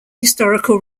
historical